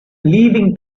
leaving